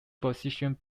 position